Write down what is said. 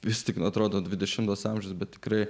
vis tik atrodo dvidešimtas amžius bet tikrai